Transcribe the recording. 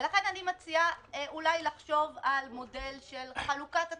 ולכן אני מציעה אולי לחשוב על מודל של חלוקת התקופות.